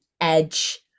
edge